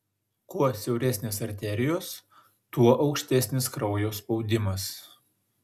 kuo siauresnės arterijos tuo aukštesnis kraujo spaudimas